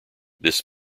this